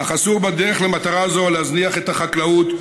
אך אסור בדרך למטרה זו להזניח את החקלאות,